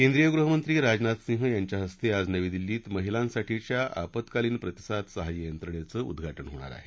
केंद्रीय गृह मंत्री राजनाथ सिंह यांच्या हस्ते आज नवी दिल्लीत महिलांसाठीच्या आपत्कालीन प्रतिसाद सहाय्य यंत्रणेचं उद्वाज होणार आहे